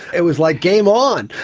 it was like game on,